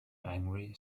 angry